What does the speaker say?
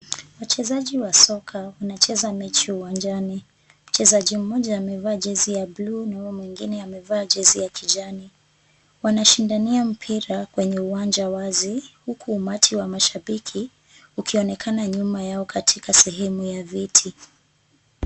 Wachezaji wa soka wanacheza mechi uwanjani. Mchezaji mmoja amevaa jezi ya bluu na huyo mwingine amevaa jezi ya kijani. Wanashindania mpira kwenye uwanja wazi huku umati wa mashabiki ukionekana nyuma yao katika sehemu ya viti.